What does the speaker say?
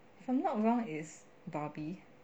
if I'm not wrong is barbie